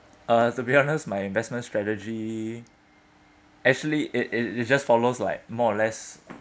uh to be honest my investment strategy actually it it it's just follows like more or less